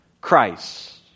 Christ